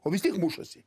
o vis tiek mušasi